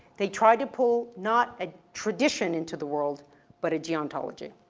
they tried to pull not a tradition into the world but a geontology.